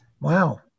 Wow